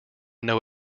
know